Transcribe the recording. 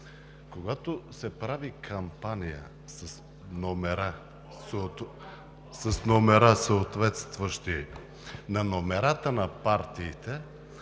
Когато се прави кампания с номера, съответстващи на номерата на партиите,